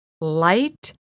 Light